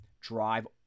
drive